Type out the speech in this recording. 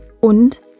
und